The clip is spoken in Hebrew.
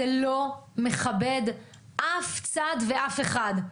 זה לא מכבד אף צד ואף אחד,